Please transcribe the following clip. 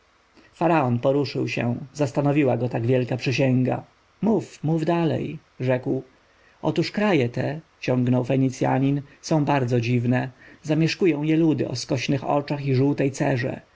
faraon poruszył się zastanowiła go tak wielka przysięga mów mów dalej rzekł otóż kraje te ciągnął fenicjanin są bardzo dziwne zamieszkują je ludy o skośnych oczach i żółtej cerze